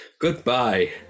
goodbye